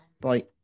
bye